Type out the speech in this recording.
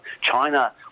China